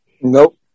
Nope